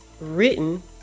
written